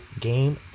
game